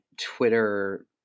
Twitter